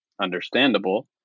understandable